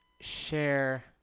share